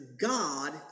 God